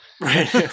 Right